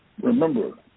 Remember